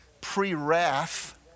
pre-wrath